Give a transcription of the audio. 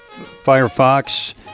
Firefox